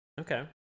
Okay